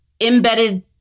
embedded